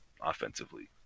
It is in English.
offensively